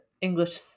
English